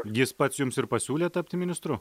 jis pats jums ir pasiūlė tapti ministru